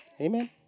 Amen